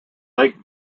lake